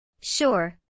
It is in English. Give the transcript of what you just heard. Sure